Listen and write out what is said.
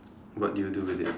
what do you do with it